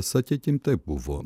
sakykim taip buvo